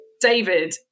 David